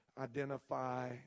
identify